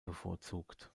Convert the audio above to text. bevorzugt